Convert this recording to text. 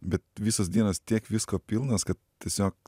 bet visos dienos tiek visko pilnos kad tiesiog